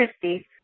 Christy